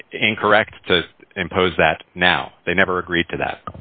incorrect to impose that now they never agreed to that